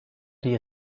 die